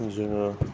जोङो